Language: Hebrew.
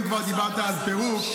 אם כבר דיברת על פירוק,